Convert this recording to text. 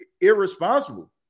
irresponsible